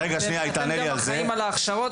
אתם אחראים על ההכשרות,